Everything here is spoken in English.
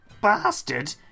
bastard